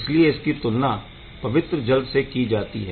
इसलिए इसकी तुलना पवित्र जल से की जाती है